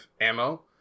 ammo